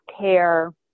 care